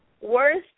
worst